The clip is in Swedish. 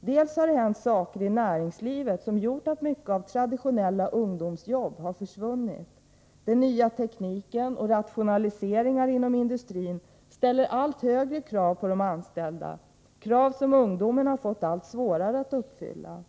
Bl. a. har det hänt saker i näringslivet som har gjort att många traditionella ungdomsjobb har försvunnit, den nya tekniken och rationaliseringar inom industrin ställer allt högre krav på de anställda, krav som ungdomen har fått allt svårare att uppfylla.